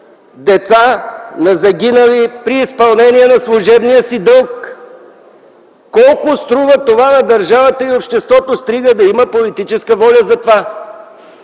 деца на загинали при изпълнение на служебния си дълг. Колко струва това на държавата и обществото, стига на има политическа воля за това?